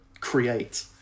create